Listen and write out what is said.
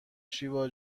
شیوا